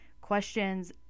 questions